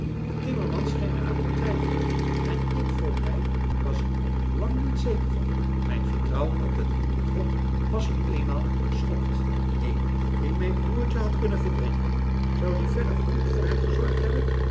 de timmerman scheen er aan te twijfelen en ik voor mij was er ook lang niet zeker van mijn vertrouwen op den goeden god was nu eenmaal geschokt een die mijn broertje had kunnen verdrinken zou die verder goed voor hem gezorgd hebben